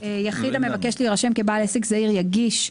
"יחיד המבקש להירשם כבעל עסק זעיר יגיש".